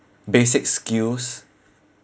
basic skills